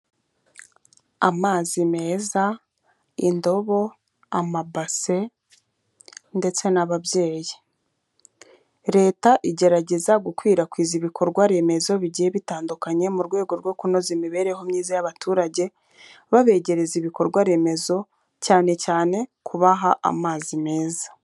Amazi meza, indobo, amabase ndetse n'ababyeyi. Leta igerageza gukwirakwiza ibikorwa remezo bigiye bitandukanye mu rwego rwo kunoza imibereho myiza y'abaturage, babegereza ibikorwa remezo, cyane cyane kubaha amazi meza.